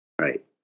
right